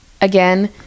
again